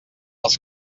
als